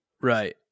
Right